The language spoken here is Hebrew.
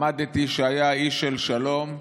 למדתי שהיה איש של שלום,